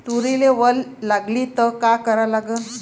तुरीले वल लागली त का करा लागन?